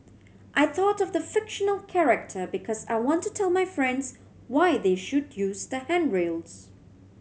I thought of the fictional character because I want to tell my friends why they should use the handrails